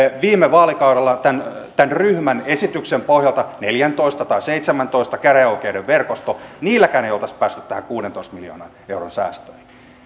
viime vaalikaudella tämän tämän ryhmän esityksen pohjalta neljätoista tai seitsemäntoista käräjäoikeuden verkoston niilläkään ei olisi päästy tähän kuudentoista miljoonan euron säästöön